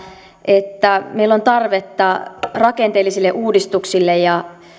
että meillä on tarvetta rakenteellisille uudistuksille ja